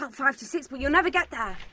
um five to six, but you'll never get there